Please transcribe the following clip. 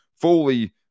fully